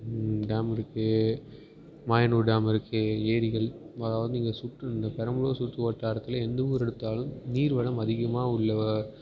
dam இருக்குது Mayanur dam இருக்குது ஏரிகள் மொதல் வந்து இங்கே சுற்று இந்த பெரம்பலூர் சுற்றுவட்டாரத்தில் எந்த ஊர் எடுத்தாலும் நீர் வளம் அதிகமாக உள்ள